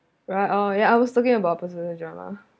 right oh yeah I was thinking about personal drama